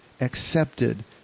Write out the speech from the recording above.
accepted